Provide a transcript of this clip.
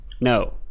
No